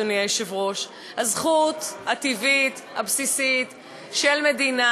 אדוני היושב-ראש: הזכות הטבעית הבסיסית של מדינה